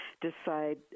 Decide